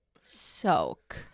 Soak